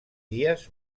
dies